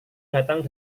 datang